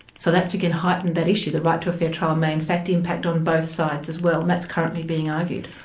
so that's again heightened that issue the right to a fair trial may in fact impact on both sides as well, and that's currently being argued.